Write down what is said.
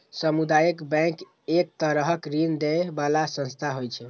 सामुदायिक बैंक एक तरहक ऋण दै बला संस्था होइ छै